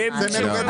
בלי המערכת.